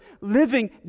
living